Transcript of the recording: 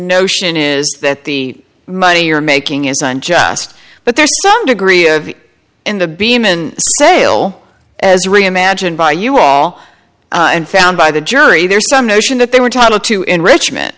notion is that the money you're making is unjust but there's some degree in the beeman sale as reimagined by you all and found by the jury there's some notion that they were taught to enrichment